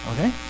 okay